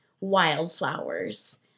wildflowers